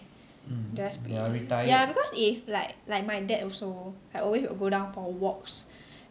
must be ya because if like like my dad also like will always go down for uh walks